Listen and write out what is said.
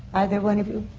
either one of you?